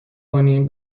کنیم